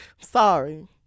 sorry